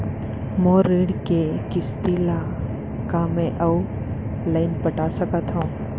मोर ऋण के किसती ला का मैं अऊ लाइन पटा सकत हव?